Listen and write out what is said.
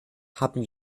haben